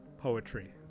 poetry